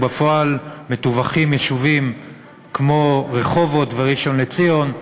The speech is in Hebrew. ובפועל מטוּוחים יישובים כמו רחובות וראשון-לציון,